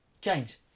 James